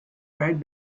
right